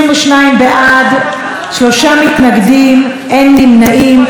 22 בעד, שלושה מתנגדים, אין נמנעים.